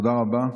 תודה רבה.